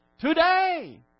Today